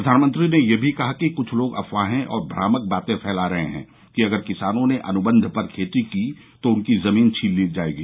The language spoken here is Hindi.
प्रधानमंत्री ने यह भी कहा कि कुछ लोग अफवाहें और भ्रामक बातें फैला रहे हैं कि अगर किसानों ने अनुबंध पर खेती की तो उनकी जमीन छीन ली जाएगी